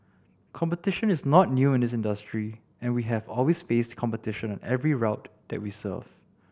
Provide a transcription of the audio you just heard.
competition is not new in this industry and we have always faced competition on every route that we serve